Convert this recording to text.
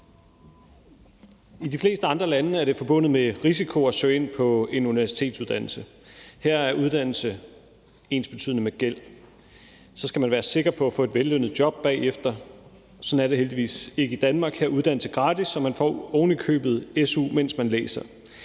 I de fleste andre lande er det forbundet med risiko at søge ind på en universitetsuddannelse. Her er uddannelse ensbetydende med gæld. Så skal man være sikker på at få et vellønnet job bagefter. Sådan er det heldigvis ikke i Danmark. Her er uddannelse gratis, og man får ovenikøbet su, mens man læser.